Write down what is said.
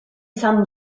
san